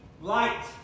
light